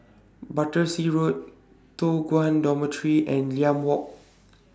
Battersea Road Toh Guan Dormitory and Limau Walk